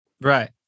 Right